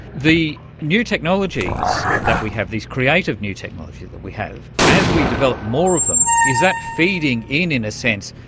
the new technologies that we have, these creative new technologies that we have, as we develop more of them, is that feeding in, in a sense,